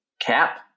Cap